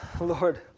Lord